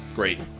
great